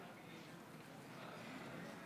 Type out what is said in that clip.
הצבעה.